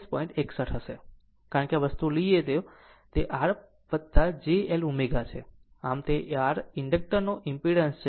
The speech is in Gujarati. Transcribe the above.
61 o હશે કારણ કે જો આ વસ્તુ લે તો તે r j L ω છે આ તે r ઇન્ડક્ટરનો ઈમ્પીડંસ છે